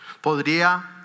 Podría